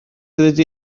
fyddi